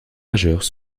majeure